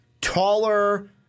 taller